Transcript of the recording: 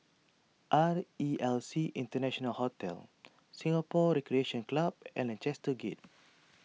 R E L C International Hotel Singapore Recreation Club and Lancaster Gate